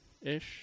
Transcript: Ish